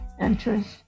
interest